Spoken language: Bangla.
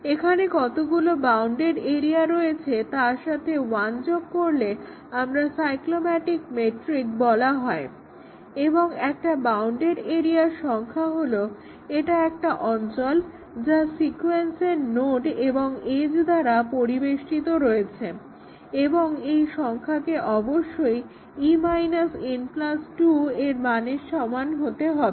এখানে কতগুলো বাউন্ডেড এরিয়া রয়েছে তার সাথে 1 যোগ করলে আমরা সাইক্লোমেটিক মেট্রিক বলা হয় এবং একটা বাউন্ডেড এরিয়ার সংজ্ঞা হল এটা একটা অঞ্চল যা সিক্যুয়েন্সের নোড এবং এজ্ দ্বারা পরিবেষ্টিত হয়েছে এবং এই সংখ্যাকে অবশ্যই e n 2 এর মানের সাথে সমান হতে হবে